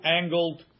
angled